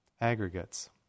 aggregates